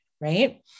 right